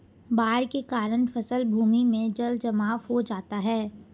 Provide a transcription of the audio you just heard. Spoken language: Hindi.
बाढ़ के कारण फसल भूमि में जलजमाव हो जाता है